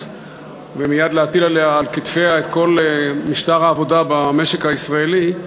ומייד להטיל על כתפיה את כל משטר העבודה במשק הישראלי,